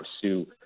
pursue